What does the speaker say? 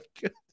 good